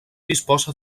disposa